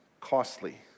costly